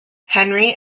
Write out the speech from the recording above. henry